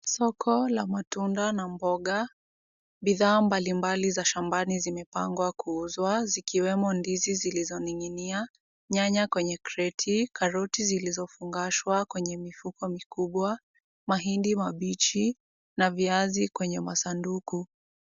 Soko la matunda na mboga. Bidhaa mbalimbali za shambani zimepangwa kuuzwa, zikiwemo ndizi zilizoning'inia, nyanya kwenye crate , karoti zilizofungashwa kwenye mifuko mikubwa, mahindi mabichi na viazi kwenye masanduku.